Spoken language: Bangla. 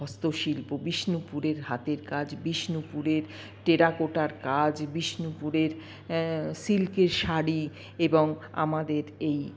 হস্তশিল্প বিষ্ণুপুরের হাতের কাজ বিষ্ণুপুরের টেরাকোটার কাজ বিষ্ণুপুরের সিল্কের শাড়ি এবং আমাদের এই